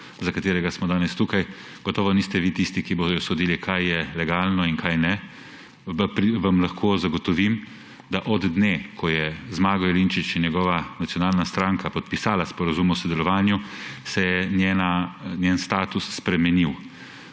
za katerega smo danes tukaj. Gotovo niste vi tisti, ki boste sodili, kaj je legalno in kaj ne. Lahko vam zagotovim, da se je z dnem, ko sta Zmago Jelinčič in njegova Slovenska nacionalna stranka podpisala sporazum o sodelovanju, njen status spremenil.